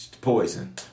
Poison